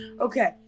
Okay